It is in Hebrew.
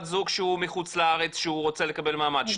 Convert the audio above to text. זוג שהוא מחוץ לארץ שהוא רוצה לקבל מעמד,